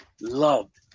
loved